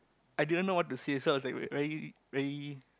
i didn't know what to said so I was very very